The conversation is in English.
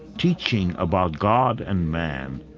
teaching about god and man,